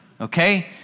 okay